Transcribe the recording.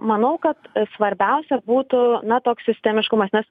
manau kad svarbiausia būtų na toks sistemiškumas nes